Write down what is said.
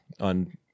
on